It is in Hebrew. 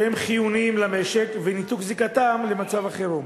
שהם חיוניים למשק, וניתוק זיקתם למצב החירום.